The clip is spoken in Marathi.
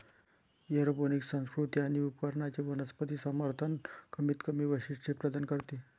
एरोपोनिक संस्कृती आणि उपकरणांचे वनस्पती समर्थन कमीतकमी वैशिष्ट्ये प्रदान करते